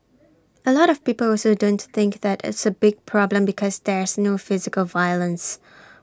A lot of people also don't think that it's A big problem because there's no physical violence